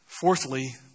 fourthly